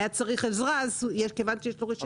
היה צריך עזרה אז כיוון שיש לו רישיון הוא התגייס.